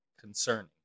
Concerning